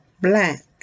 black